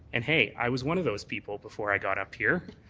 and hey i was one of those people before i got up here,